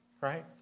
right